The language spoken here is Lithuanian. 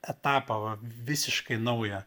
etapą va visiškai naują